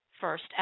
first